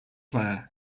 player